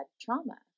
trauma